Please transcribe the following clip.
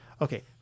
Okay